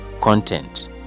Content